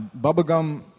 bubblegum